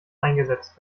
eingesetzt